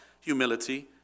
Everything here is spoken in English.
humility